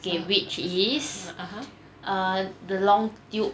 K which is uh the long tube